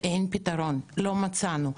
אין פתרון, לא מצאנו.